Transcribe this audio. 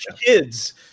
kids